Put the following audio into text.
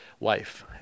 life